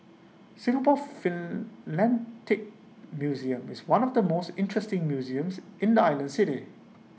Singapore museum is one of the most interesting museums in the island city